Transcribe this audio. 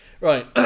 Right